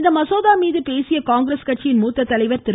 இந்த மசோதா மீது பேசிய காங்கிரஸ் கட்சியின் மூத்த தலைவர் திரு